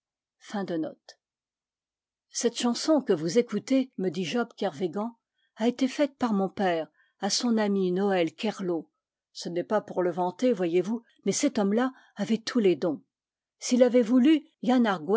cette chanson que vous écoutez me dit job kervégan a été faite par mon père à son ami noël kerleau ce n'est pas pour le vanter voyez-vous mais cet homme-là avait tous les dons s'il avait voulu